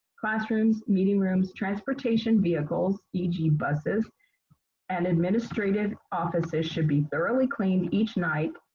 classrooms, meeting rooms, transportation vehicles, e g. buses and administrative offices should be thoroughly cleaned each night,